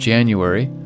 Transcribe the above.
January